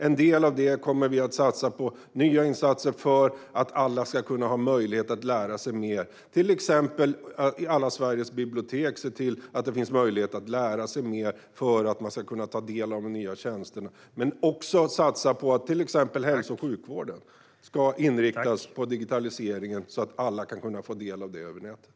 En del av detta kommer vi att satsa på nya insatser för att alla ska kunna ha möjlighet att lära sig mer, till exempel att det på alla Sveriges bibliotek ska finnas möjligheter att lära sig mer för att man ska kunna ta del av de nya tjänsterna men också att till exempel hälso och sjukvården ska inriktas på digitaliseringen, så att alla ska kunna ta del av den över nätet.